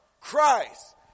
Christ